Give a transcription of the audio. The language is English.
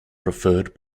preferred